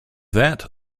that